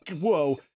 whoa